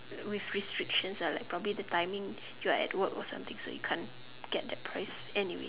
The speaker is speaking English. with restrictions ah like probably the timing you are at work or something so you can't get that price anyway